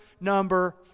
number